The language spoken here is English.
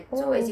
oh